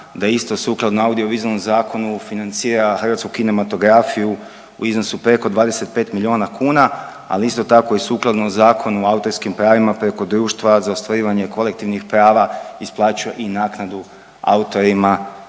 je isto sukladno audio-vizualnom zakonu financira hrvatsku kinematografiju u iznosu preko 25 milijuna kuna, ali isto tako i sukladno Zakonu o autorskim pravima preko društva za ostvarivanje kolektivnih prava isplaćuje i naknadu autorima,